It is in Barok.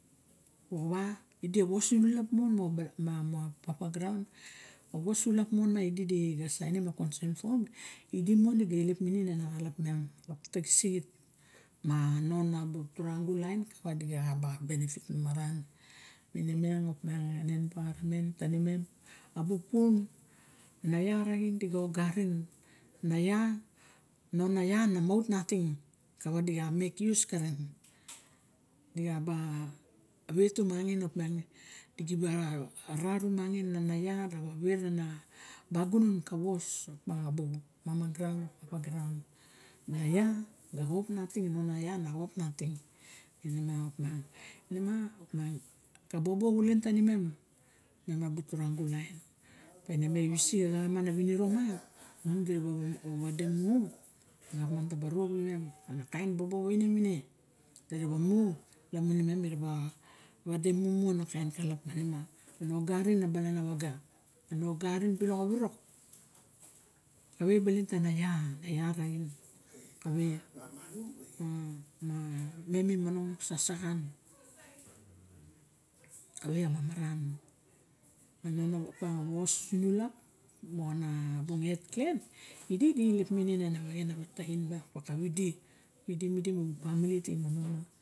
Moxa va ide a bu vos sunulap mon moxa ma papa graun a vos sulap mon, madi ga sainim a consen fom idi mondi ga eilep minin mon ana xalap miang lok taxis siit ma no na bu turagu lain kava di ga kaba benefit mamaran. Ine miangn op miang ana envairament ta ninem, abu pun anaia raxin di ga oxarin. Anaia, nonaia na mout nating kava di gaka mek use karen. Di ga ba vet tumangin op miang di ge ba ra ru mangin anaia moxa vet tumangin op miang di ga ba ra ru mangin anaia moxa vet ba gunan ka vos opa abu mama graun. Anaia ga xop nating, nonoaia na xop nating ine miang op miang ka bobo xulen tanimem abu turangu lain. Op anima e visik axa ana viniro ma. Miang di ra ba vade mu ine iak miang taba ru rixen ana kain bobo vaine mine di re ba mu lamun imem, di re ba vade mu lamun imem mi ra ba vade mu ana kain xalap miang. Ma na oxarin bilok avirok kave baling anaia raxin kave iak. Ma mem mi monong sasaxan kave a mamaran ma no na op miang a vos sunulap moxa bung et clan idi eilip minin ana vexe navat taxin bang ma kave de ide di demidim bang a femili ti.